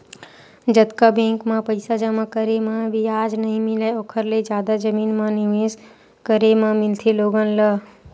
जतका बेंक म पइसा जमा करे म बियाज नइ मिलय ओखर ले जादा जमीन म निवेस करे म मिलथे लोगन ल